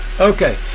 Okay